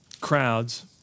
crowds